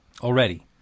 already